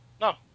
No